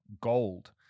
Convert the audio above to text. gold